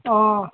অঁ